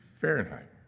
Fahrenheit